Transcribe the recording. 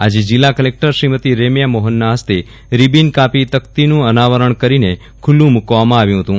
આજે જિલ્લા કલેકટર શ્રીમતી રેમ્યા મોફનના ફસ્તે રીબિન કાપી તકતીનું અનાવરણ કરીને ખુલ્લું મૂકવામાં આવ્યું ફતું